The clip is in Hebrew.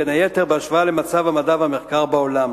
בין היתר בהשוואה למצב המדע והמחקר בעולם.